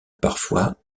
parfois